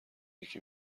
یکی